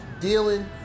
dealing